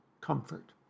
comfort